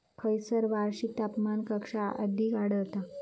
खैयसर वार्षिक तापमान कक्षा अधिक आढळता?